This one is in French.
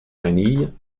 manille